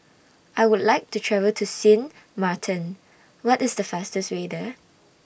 I Would like to travel to Sint Maarten What IS The fastest Way There